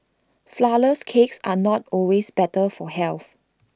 Flourless Cakes are not always better for health